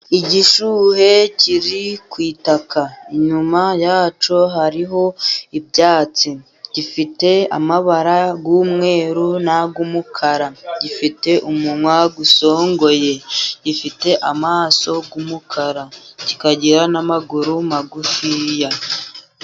Igishuhe kiri ku itaka, inyuma yacyo hariho ibyatsi, gifite amabara y'umweru nay'umukara, gifite umunwa usongoye, gifite amaso y'umukara kikagira n'amaguru magufi.